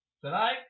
tonight